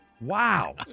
Wow